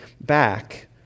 back